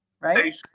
Right